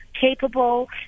capable